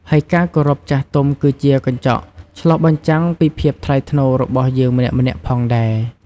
ហើយការគោរពចាស់ទុំគឺជាកញ្ចក់ឆ្លុះបញ្ចាំងពីភាពថ្លៃថ្នូររបស់យើងម្នាក់ៗផងដែរ។